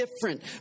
different